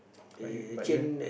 but you but you eh